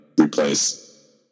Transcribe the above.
replace